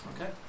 Okay